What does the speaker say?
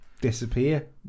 disappear